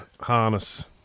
harness